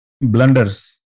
blunders